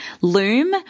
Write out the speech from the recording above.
Loom